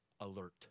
alert